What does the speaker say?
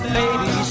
baby